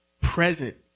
present